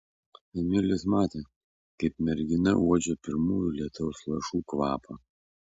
emilis matė kaip mergina uodžia pirmųjų lietaus lašų kvapą